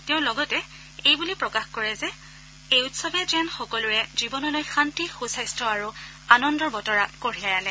তেওঁ লগতে এইবুলি আশা প্ৰকাশ কৰে যে এই উৎসৱে যেন সকলোৰে জীৱনলৈ শান্তি সু স্বাস্থ্য আৰু আনন্দৰ বতৰা কঢ়িয়াই আনে